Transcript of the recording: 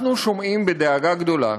אנחנו שומעים בדאגה גדולה